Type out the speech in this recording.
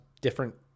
different